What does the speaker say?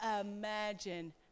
imagine